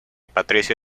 patricio